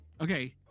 Okay